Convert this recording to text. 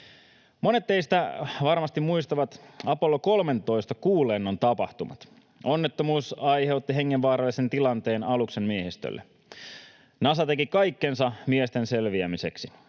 Monet teistä varmasti muistavat Apollo 13 ‑kuulennon tapahtumat. Onnettomuus aiheutti hengenvaarallisen tilanteen aluksen miehistölle. Nasa teki kaikkensa miesten selviämiseksi.